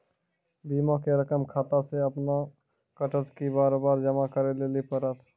बीमा के रकम खाता से अपने कटत कि बार बार जमा करे लेली पड़त?